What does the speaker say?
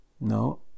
No